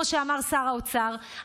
כמו שאמר שר האוצר,